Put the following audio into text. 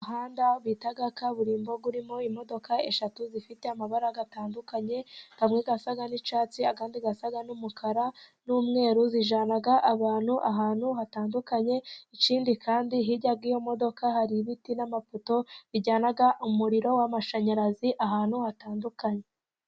Umuhanda bita kaburimbo urimo imodoka eshatu zifite amabara atandukanye amwe isa n'icyatsi indi isa n'umukara n'umweru, zijyana abantu ahantu hatandukanye ikindi kandi hirya yiyo modoka hari ibiti n'amapoto bijyana umuriro w'amashanyarazi ahantu hatandukanye.